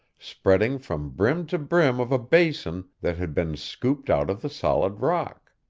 spreading from brim to brim of a basin that had been scooped out of the solid rock.